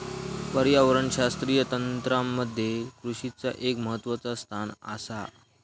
पर्यावरणशास्त्रीय तंत्रामध्ये कृषीचा एक महत्वाचा स्थान आसा